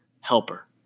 helper